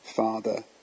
Father